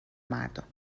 مردم